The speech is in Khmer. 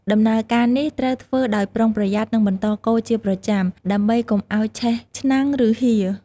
ដំណើរការនេះត្រូវធ្វើដោយប្រុងប្រយ័ត្ន និងបន្តកូរជាប្រចាំ ដើម្បីកុំឲ្យឆេះឆ្នាំង ឬហៀរ។